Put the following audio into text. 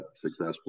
successfully